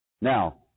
Now